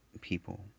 people